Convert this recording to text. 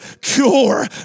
cure